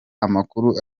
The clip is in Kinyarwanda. amakuru